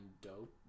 dope